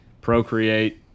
procreate